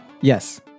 Yes